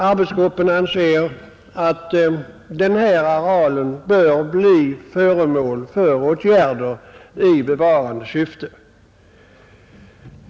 Arbetsgruppen anser att denna areal bör bli föremål för åtgärder i bevarande syfte.